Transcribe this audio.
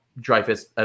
Dreyfus